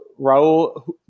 Raul